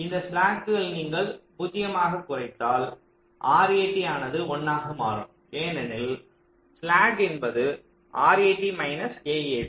இந்த ஸ்லாக் நீங்கள் 0 ஆக குறைத்தால் RAT ஆனது 1 ஆக மாறும் ஏனெனில் ஸ்லாக் என்பது RAT மைனஸ் AAT